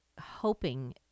hoping